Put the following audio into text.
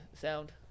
sound